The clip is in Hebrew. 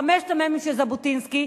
חמשת המ"מים של ז'בוטינסקי,